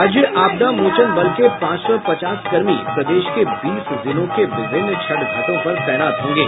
राज्य आपदा मोचन बल के पांच सौ पचास कर्मी प्रदेश के बीस जिलों के विभिन्न छठ घाटों पर तैनात होंगे